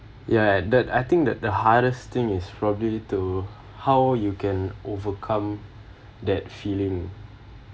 ya at that I think that the hardest thing is probably to how you can overcome that feeling